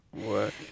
work